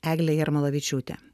eglė jarmalavičiūtė